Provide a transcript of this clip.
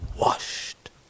washed